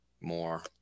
more